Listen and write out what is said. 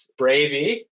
bravey